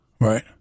Right